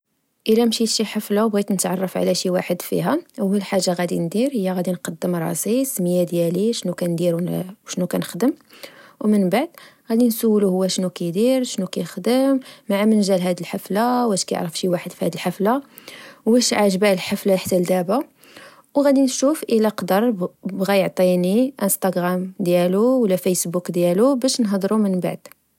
اذا مشيت شي حفله وبغيت نتعرف على شي واحد فيها اول حاجه غادي ندير هي غادي نقدم راسي السمية ديالي شنو كنديرو وشنو كنخدم. ومن بعد غادي نسولو شنو كيدير وشنو كيخدم مع من جا لهاد الحفله واش كيعرف شي واحد فهاذ الحفله واش عاجباها الحفله حتال دابا وغادي نشوف الى بغا يعطيني انستغرام ديالو ولا فايسبوك ديالو باش نهضرو من بعد